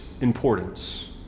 importance